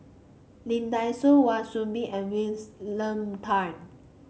Lee Dai Soh Kwa Soon Bee and Tan